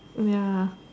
ya